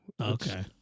Okay